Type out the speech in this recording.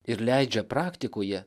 ir leidžia praktikoje